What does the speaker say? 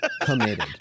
committed